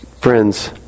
Friends